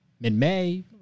mid-May